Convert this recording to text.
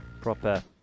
Proper